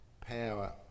power